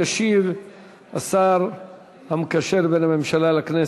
ישיב השר המקשר בין השר לבין הכנסת,